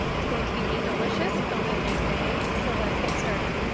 it's going to be a delicious filming day today so, let's get started.